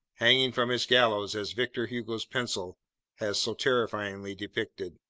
hanging from his gallows as victor hugo's pencil has so terrifyingly depicted.